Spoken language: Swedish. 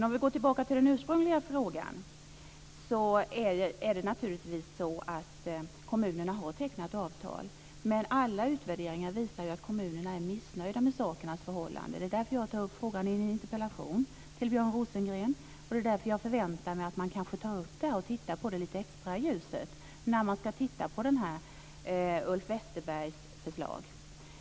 Om vi går tillbaks till den ursprungliga frågan kan jag säga att det naturligtvis är så att kommunerna har tecknat avtal. Men alla utvärderingar visar att kommunerna är missnöjda med sakernas förhållande. Det är därför jag tar upp frågan i en interpellation till Björn Rosengren, och det är därför jag förväntar mig att man tar upp den i ljuset och tittar på den lite extra när man ska se på Ulf Westerbergs förslag.